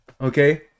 okay